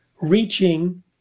reaching